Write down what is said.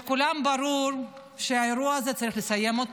לכולם ברור שאת האירוע הזה צריך לסיים,